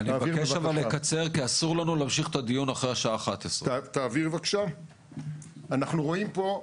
אני מבקש לקצר כי אסור לנו להמשיך דיון אחרי השעה 11. אנחנו רואים פה,